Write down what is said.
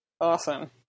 Awesome